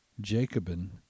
Jacobin